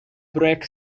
brick